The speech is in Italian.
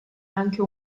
anche